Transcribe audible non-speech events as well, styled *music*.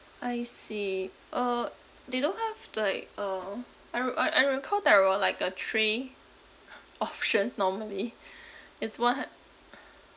I see uh they don't have like uh I re~ I I recall there were like uh three *laughs* options normally *laughs* it's one hundred